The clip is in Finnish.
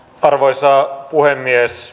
arvoisa puhemies